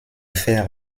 faire